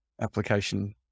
application